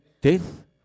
death